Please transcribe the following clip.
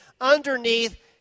underneath